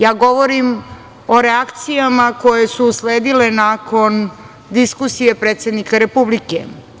Ja govorim o reakcijama koje su usledile nakon diskusije predsednika Republike.